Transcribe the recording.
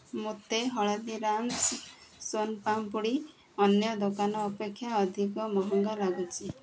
ମୋତେ ହଳଦୀରାମ୍ସ୍ ସୋନ୍ ପାମ୍ପୁଡ଼ି ଅନ୍ୟ ଦୋକାନ ଅପେକ୍ଷା ଅଧିକ ମହଙ୍ଗା ଲାଗୁଛି